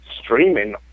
streaming